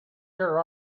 your